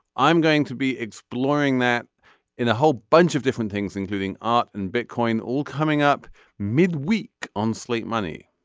i'm going to be exploring that in a whole bunch of different things including art and bitcoin all coming up midweek on slate money.